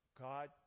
God